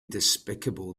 despicable